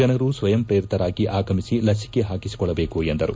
ಜನರು ಸ್ವಯಂಪ್ರೇರಿತರಾಗಿ ಆಗಮಿಸಿ ಲಸಿಕೆ ಹಾಕಿಸಿಕೊಳ್ಳಬೇಕು ಎಂದರು